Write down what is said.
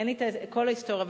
אין לי כל ההיסטוריה,